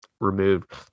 removed